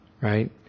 right